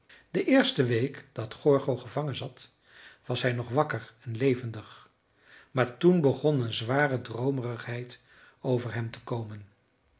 de eerste week dat gorgo gevangen zat was hij nog wakker en levendig maar toen begon een zware droomerigheid over hem te komen